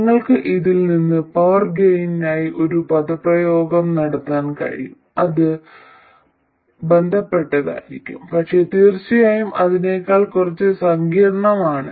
നിങ്ങൾക്ക് ഇതിൽ നിന്ന് പവർ ഗെയിനിനായി ഒരു പദപ്രയോഗം നടത്താനും കഴിയും അത് ബന്ധപ്പെട്ടതായിരിക്കും പക്ഷേ തീർച്ചയായും ഇതിനേക്കാൾ കുറച്ച് സങ്കീർണ്ണമാണ്